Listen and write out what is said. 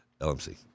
LMC